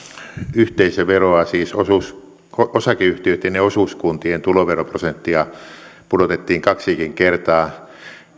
yhteisöveroa siis osakeyhtiöitten ja osuuskuntien tuloveroprosenttia pudotettiin kaksikin kertaa